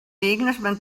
englishman